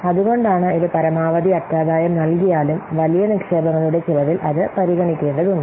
അതുകൊണ്ടാണ് ഇത് പരമാവധി അറ്റാദായം നൽകിയാലും വലിയ നിക്ഷേപങ്ങളുടെ ചെലവിൽ അത് പരിഗണിക്കേണ്ടതുണ്ട്